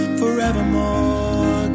forevermore